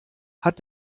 hat